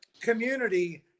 community